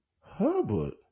Hubbard